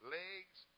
legs